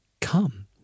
come